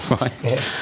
Right